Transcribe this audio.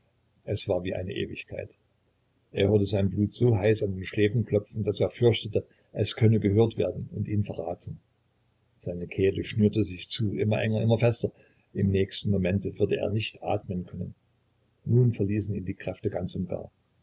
es war wie eine ewigkeit er hörte sein blut so heiß an den schläfen klopfen daß er fürchtete es könnte gehört werden und ihn verraten seine kehle schnürte sich zu immer enger immer fester im nächsten momente würde er nicht atmen können nun verließen ihn die kräfte ganz und gar